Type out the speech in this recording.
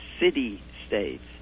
city-states